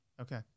Okay